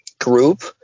group